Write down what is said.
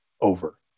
over